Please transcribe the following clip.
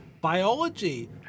biology